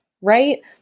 Right